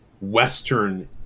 Western